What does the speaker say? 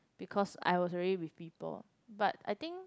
because I was already with people but I think